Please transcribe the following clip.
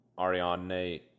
Ariane